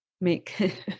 make